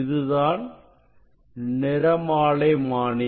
இது தான் நிறமாலைமானி